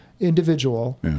Individual